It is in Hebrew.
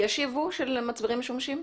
יש יבוא של מצברים משומשים?